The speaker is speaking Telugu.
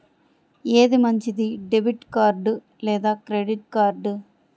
ఏది మంచిది, డెబిట్ కార్డ్ లేదా క్రెడిట్ కార్డ్?